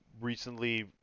recently